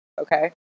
okay